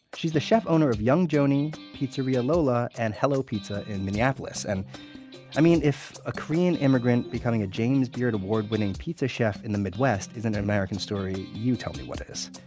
the chef-owner of young joni, pizzeria lola, and hello pizza in minneapolis. and i mean, if a korean immigrant becoming a james beard award-winning pizza chef in the midwest isn't an american story, you tell me what is.